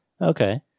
Okay